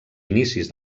inicis